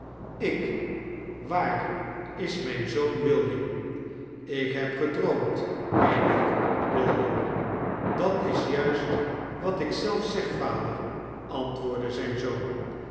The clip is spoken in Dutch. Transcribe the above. geleden waar is mijn zoon william meer dan eene naive eeuw geleden william dat is jujsit wat ik altrjd zeg vader antwoordde de zoon